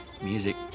music